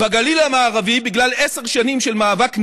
בגליל המערבי, בגלל עשר שנים של מאבק NIMBY,